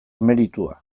meritua